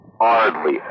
hardly